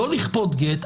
לא לכפות גט,